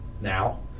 Now